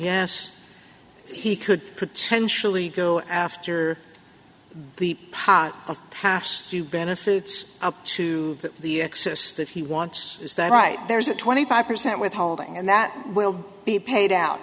yes he could potentially go after the pot of past few benefits to the excess that he wants is that right there is a twenty five percent withholding and that will be paid out